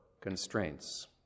constraints